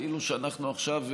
כאילו שאנחנו עכשיו,